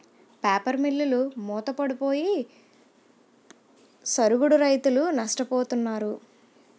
paper మిల్లులు మూతపడిపోయి సరుగుడు రైతులు నష్టపోతున్నారు